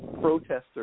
protester